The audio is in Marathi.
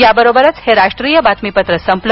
याबरोबरच हे राष्ट्रीय बातमीपत्र संपलं